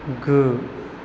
गु